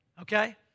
Okay